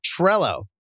Trello